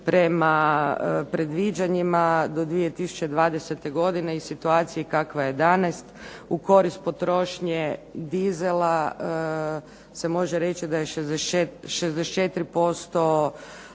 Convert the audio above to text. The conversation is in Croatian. prema predviđanjima do 2020. godine i situaciji kakva je danas u korist potrošnje dizela se može reći da je 64%